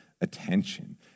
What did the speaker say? attention